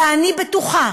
ואני בטוחה